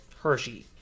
Hershey